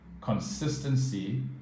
consistency